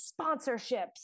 sponsorships